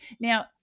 Now